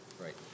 Right